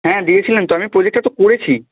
হ্যাঁ দিয়েছিলেন তো আমি প্রোজেক্টটা তো করেছি